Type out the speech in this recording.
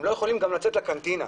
הם גם לא יכולים לצאת לקנטינה.